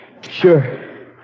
Sure